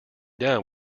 down